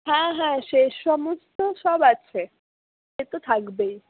হ্যাঁ হ্যাঁ সে সমস্ত সব আছে সে তো থাকবেই